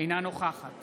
אינה נוכחת